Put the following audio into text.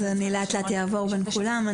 אז אני כרגע אעבור בין כולם.